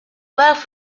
worked